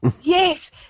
Yes